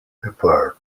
apart